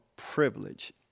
Privilege